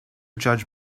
judge